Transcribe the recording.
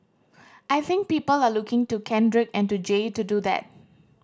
I think people are looking to Kendrick and to Jay to do that